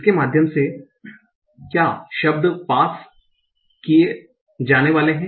इसके माध्यम से क्या शब्द पास किए जाने वाले हैं